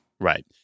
Right